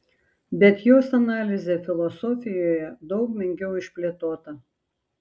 bet jos analizė filosofijoje daug menkiau išplėtota